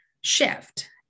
shift